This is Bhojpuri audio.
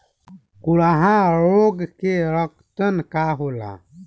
खुरहा रोग के लक्षण का होला?